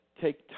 take